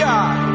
God